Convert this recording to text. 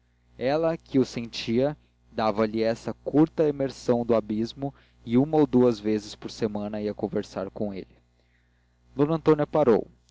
ela que o sentia dava-lhe essa curta emersão do abismo e uma ou duas vezes por semana ia conversar com ele d antônia parou